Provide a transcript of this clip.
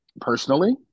personally